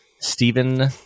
Stephen